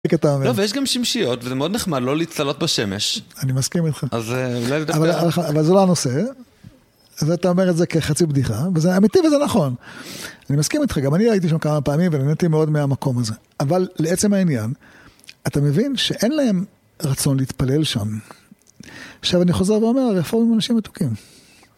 לא, ויש גם שמשיות, וזה מאוד נחמד לא לצלות בשמש. אני מסכים איתך. אז אולי... אבל זה לא הנושא, ואתה אומר את זה כחצי בדיחה, וזה אמיתי וזה נכון. אני מסכים איתך, גם אני הייתי שם כמה פעמים, ונהנתי מאוד מהמקום הזה. אבל לעצם העניין, אתה מבין שאין להם רצון להתפלל שם. עכשיו אני חוזר ואומר, הרפורמים הם אנשים מתוקים.